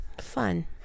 fun